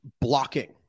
blocking